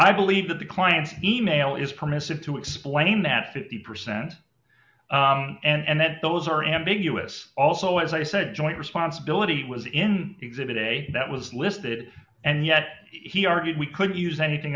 i believe that the client email is permissive to explain that fifty percent and that those are ambiguous also as i said joint responsibility was in exhibit a that was listed and yes he argued we could use anything